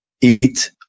eat